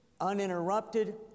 uninterrupted